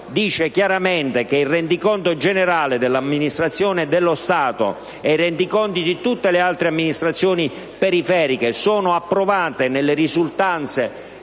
il rendiconto generale dell'amministrazione dello Stato e i rendiconti di tutte le altre amministrazioni periferiche sono approvati nelle risultanze